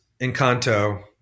Encanto